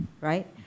right